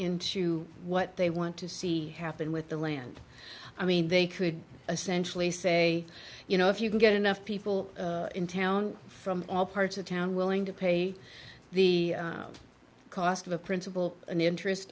into what they want to see happen with the land i mean they could essentially say you know if you can get enough people in town from all parts of town willing to pay the cost of a principal and the interest